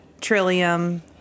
Trillium